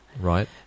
Right